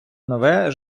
нове